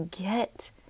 get